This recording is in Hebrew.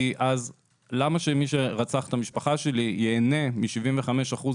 כי אז למה שמישהו רצח את המשפחה שלי ייהנה מ-75 אחוזים